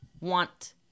want